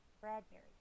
Bradbury